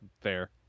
Fair